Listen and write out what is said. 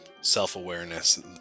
self-awareness